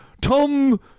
Tom